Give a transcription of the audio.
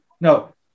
no